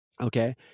Okay